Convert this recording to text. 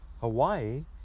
Hawaii